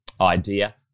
idea